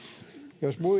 jos